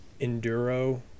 enduro